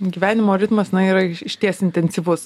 gyvenimo ritmas na yra išties intensyvus